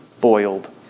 boiled